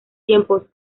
tiempos